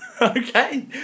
Okay